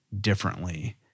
differently